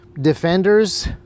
defenders